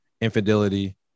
infidelity